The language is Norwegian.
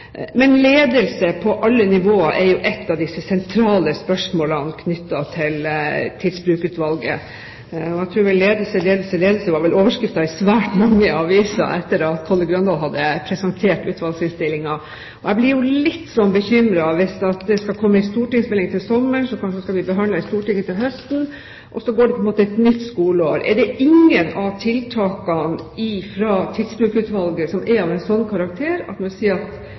Men ledelse på alle nivåer er jo et av de sentrale spørsmålene knyttet til Tidsbrukutvalget. Ledelse, ledelse, ledelse var vel overskriften i svært mange aviser etter at Kolle Grøndahl hadde presentert utvalgsutstillingen, og jeg blir jo litt bekymret hvis det skal komme en stortingsmelding til sommeren som kanskje skal bli behandlet i Stortinget til høsten, og så går det på en måte et nytt skoleår. Er det ingen av tiltakene fra Tidsbrukutvalget som er av en slik karakter at en kan si at